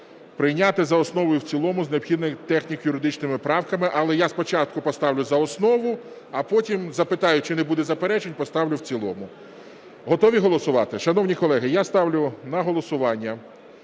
прийняти за основу і в цілому з необхідними техніко-юридичними правками. Але я спочатку поставлю за основу, а потім запитаю чи не буде заперечень, поставлю в цілому. Готові голосувати? Шановні колеги, я ставлю на голосування